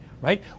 right